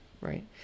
Right